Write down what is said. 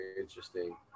interesting